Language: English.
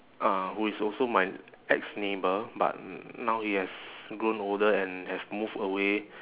uh who is also my ex-neighbour but n~ now he has grown older and have moved away